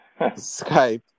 Skype